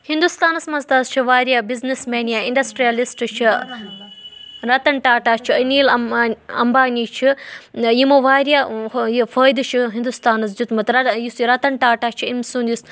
ہِندوستانَس منٛز تہِ حظ چھِ واریاہ بِزنِس مین یا اِنڈَسٹِرٛیَلِسٹ چھِ رَتَن ٹاٹا چھُ اَنیٖلان اَمبانی چھِ یِمو واریاہ یہِ فٲیدٕ چھُ ہِنٛدوستانَس دیُتمُت یُس یہِ رَتَن ٹاٹا چھُ أمۍ سُنٛد یُس